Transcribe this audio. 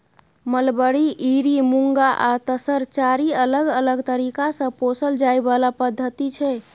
mulberry, eri, muga आ तसर चारि अलग अलग तरीका सँ पोसल जाइ बला पद्धति छै